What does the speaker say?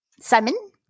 Simon